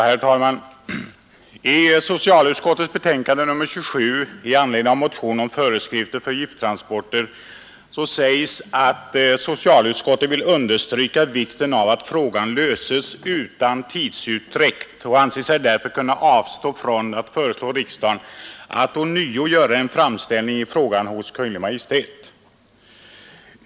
Herr talman! I socialutskottets betänkande nr 27 i anledning av motion om föreskrifter för gifttransporter sägs: ”Socialutskottet, som vill understryka vikten av att frågan löses utan tidsutdräkt, anser sig därför kunna avstå från att föreslå riksdagen att ånyo göra framställning i frågan hos Kungl. Maj:t.